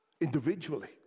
individually